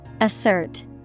Assert